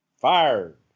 Fired